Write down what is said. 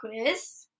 quiz